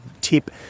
tip